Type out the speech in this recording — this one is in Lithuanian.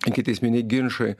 ikiteisminiai ginčai